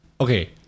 Okay